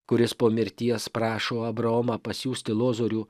kuris po mirties prašo abraomą pasiųsti lozorių